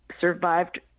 survived